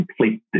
complete